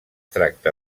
tracta